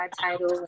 title